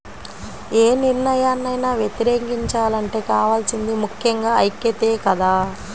యే నిర్ణయాన్నైనా వ్యతిరేకించాలంటే కావాల్సింది ముక్కెంగా ఐక్యతే కదా